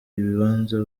ibibanza